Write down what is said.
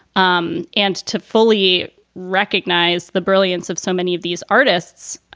um and to fully recognize the brilliance of so many of these artists,